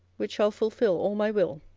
which shall fulfil all my will.